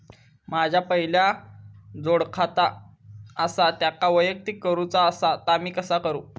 माझा पहिला जोडखाता आसा त्याका वैयक्तिक करूचा असा ता मी कसा करू?